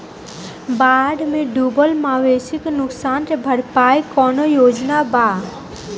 बाढ़ में डुबल मवेशी नुकसान के भरपाई के कौनो योजना वा?